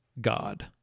God